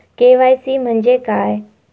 KYC म्हणजे काय?